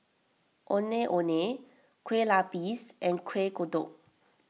Ondeh Ondeh Kueh Lapis and Kuih Kodok